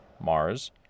Mars